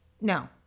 No